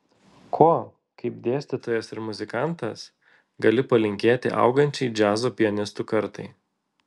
ko kaip dėstytojas ir muzikantas gali palinkėti augančiai džiazo pianistų kartai